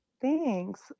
thanks